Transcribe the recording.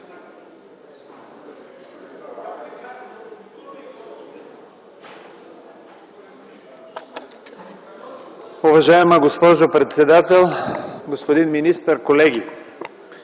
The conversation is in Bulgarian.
Уважаема госпожо председател, господин министър, колеги!